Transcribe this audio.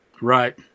Right